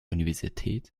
universität